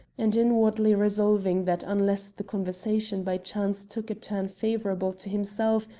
and inwardly resolving that unless the conversation by chance took a turn favourable to himself,